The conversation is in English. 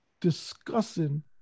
discussing